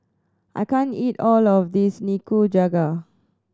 I can't eat all of this Nikujaga